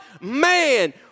man